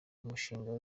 umushinga